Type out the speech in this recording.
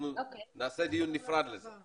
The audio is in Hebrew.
אנחנו נעשה דיון נפרד על כך.